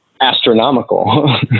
astronomical